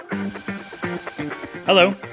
Hello